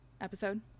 episode